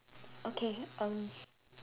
okay um